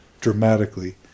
dramatically